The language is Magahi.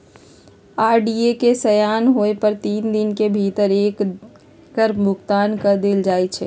आर.डी के सेयान होय पर तीस दिन के भीतरे एकर भुगतान क देल जाइ छइ